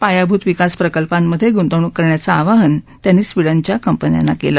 पायाभूत विकास प्रकल्पांमधे गुंतवणूक करण्याचं आवाहन त्यांनी स्वीडनच्या कंपन्यांना केलं